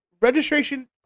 Registration